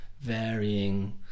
varying